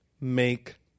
make